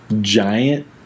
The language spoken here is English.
giant